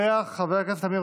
חבר הכנסת אוריאל בוסו,